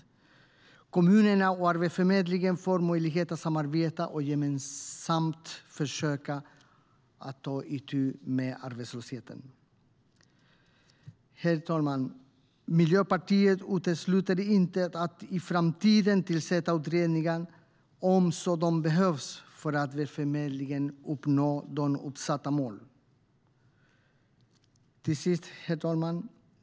Kommunerna och Arbetsförmedlingen får möjlighet att samarbeta och gemensamt försöka ta itu med arbetslösheten. Herr talman!